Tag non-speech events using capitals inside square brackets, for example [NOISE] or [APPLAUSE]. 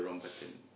[NOISE]